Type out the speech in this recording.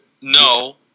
No